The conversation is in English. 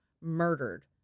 murdered